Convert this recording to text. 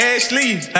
Ashley